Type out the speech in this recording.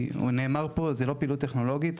נאמר פה שזאת לא פעילות טכנולוגית.